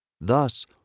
Thus